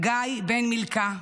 גיא בן מילכה,